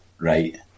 right